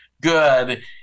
good